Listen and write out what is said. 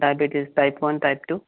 diabetes type one type two